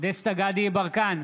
גדי יברקן,